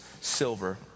silver